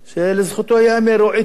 שלזכותו ייאמר, הוא עקבי